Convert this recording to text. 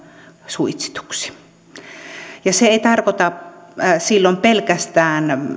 suitsituksi se ei tarkoita silloin pelkästään